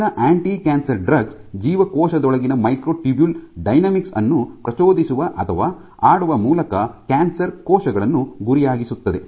ಹೆಚ್ಚಿನ anticancer drugs ಜೀವಕೋಶದೊಳಗಿನ microtubule dynamics ಅನ್ನು ಪ್ರಚೋದಿಸುವ ಅಥವಾ ಆಡುವ ಮೂಲಕ ಕ್ಯಾನ್ಸರ್ ಕೋಶಗಳನ್ನು ಗುರಿಯಾಗಿಸುತ್ತದೆ